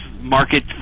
Market